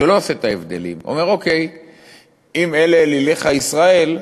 שלא עושה את ההבדלים, אם אלה אליליך ישראל,